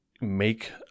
make